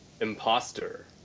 Imposter